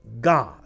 God